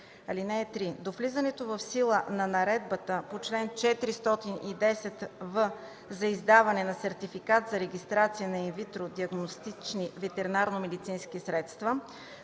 3: „(3) До влизане в сила на наредбата по чл. 410в за издаване на сертификат за регистрация на инвитро диагностични ветеринарномедицински средства,